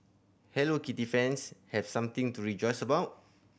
Hello Kitty fans have something to rejoice about